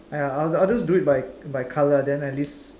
!aiya! I'll I'll just do it by by colour then at least